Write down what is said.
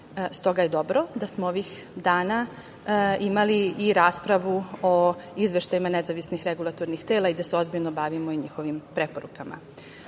S toga je dobro da smo ovih dana imali i raspravu o izveštajima nezavisnih regulatornih tela i da se ozbiljno bavimo njihovim preporukama. Potrebno